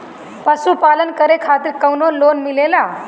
पशु पालन करे खातिर काउनो लोन मिलेला?